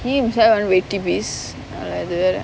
he himself